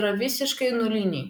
yra visiškai nuliniai